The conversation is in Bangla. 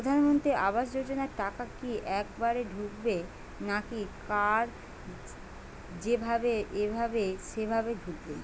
প্রধানমন্ত্রী আবাস যোজনার টাকা কি একবারে ঢুকবে নাকি কার যেভাবে এভাবে সেভাবে ঢুকবে?